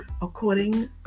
according